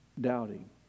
doubting